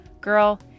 girl